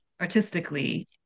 artistically